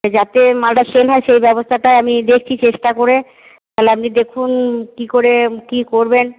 যাতে মালটা সেল হয় সেই ব্যবস্থাটা আমি দেখছি চেষ্টা করে তাহলে আপনি দেখুন কি করে কি করবেন